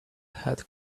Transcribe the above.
had